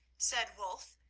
said wulf,